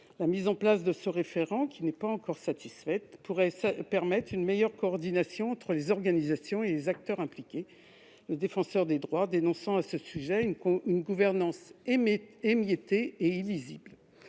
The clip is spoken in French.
La mise en place de ce référent, qui n'est pas encore effective, pourrait permettre une meilleure coordination entre les organisations et les acteurs impliqués, le Défenseur des droits dénonçant à ce sujet une gouvernance émiettée et illisible.